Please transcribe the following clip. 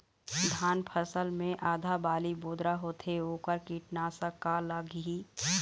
धान फसल मे आधा बाली बोदरा होथे वोकर कीटनाशक का लागिही?